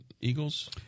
eagles